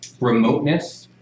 remoteness